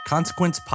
Consequence